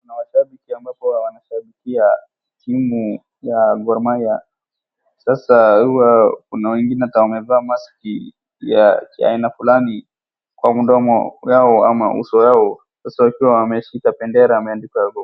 Mashabiki ambapo wanashabikia timu ya Gor Mahia. Sasa hua kuna wengine kama wamevaa maski ya aina fulani kwa mdomo yao ama uso yao. Sasa wakiwa wameshika bendera imeandikwa Gor Mahia.